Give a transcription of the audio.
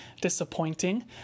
disappointing